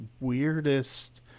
weirdest